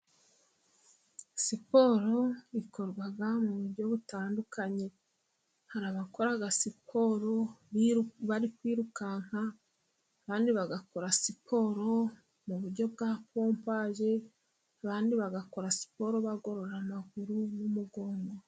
Siporo ikorwa mu buryo butandukanye. Hari abakora siporo bari kwirukanka. Abandi bagakora siporo mu buryo bwa pompage. Abandi bagakora siporo bagorora amaguru n'umugongo.